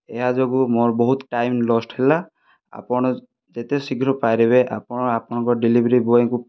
ଏହା ଯୋଗୁଁ ମୋର ବହୁତ ଟାଇମ ଲଷ୍ଟ ହେଲା ଆପଣ ଯେତେ ଶୀଘ୍ର ପାରିବେ ଆପଣ ଆପଣଙ୍କ ଡେଲିଭରି ବଏଙ୍କୁ